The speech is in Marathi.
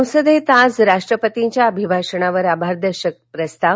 संसदेत आज राष्ट्रपतींच्या अभिभाषणावर आभारदर्शक प्रस्ताव